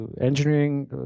engineering